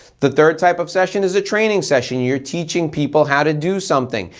the third type of session is a training session. you're teaching people how to do something.